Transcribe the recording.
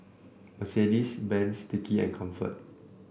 Mercedes Benz Sticky and Comfort